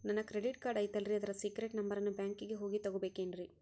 ನನ್ನ credit card ಐತಲ್ರೇ ಅದರ ಸೇಕ್ರೇಟ್ ನಂಬರನ್ನು ಬ್ಯಾಂಕಿಗೆ ಹೋಗಿ ತಗೋಬೇಕಿನ್ರಿ?